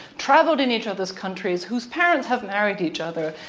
traveled in each other's countries, whose parents have married each other,